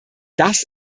das